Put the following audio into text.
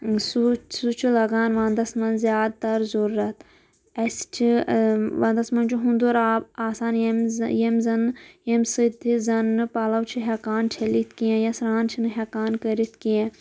سُہ سُہ چھُ لگان ونٛدس منٛز زیادٕ تر ضوٚرَتھ اَسہِ چھِ ونٛدس منٛز چھُ ہُنٛدُر آب آسان ییٚمہِ ز ییٚمہِ زن ییٚمہِ سۭتۍ تہِ زن نہٕ پَلو چھِ ہٮ۪کان چھٔلِتھ کیٚنٛہہ یا سرٛان چھِنہٕ ہٮ۪کان کٔرِتھ کیٚنٛہہ